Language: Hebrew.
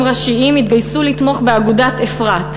ראשיים התגייסו לתמוך באגודת "אפרת".